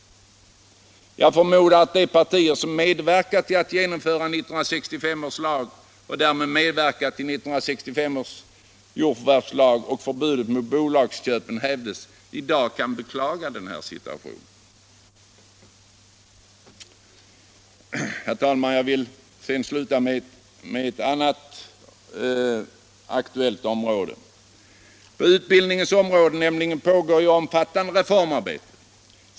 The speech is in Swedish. Herr talman! Jag vill till slut ta upp ett annat aktuellt område. På utbildningens område pågår ett omfattande reformarbete.